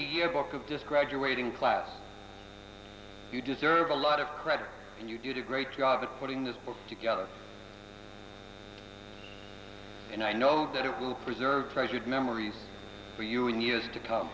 yearbook of just graduating class you deserve a lot of credit and you did a great job of putting this book together and i know that it will preserve treasured memories for you in the years to come